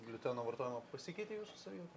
gliuteno vartojimą pasikeitė jūsų savijauta